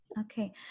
Okay